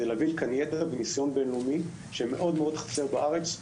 כדי להביא כאן ידע וניסיון בין-לאומי שמאוד מאוד חסר בארץ,